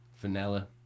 Vanilla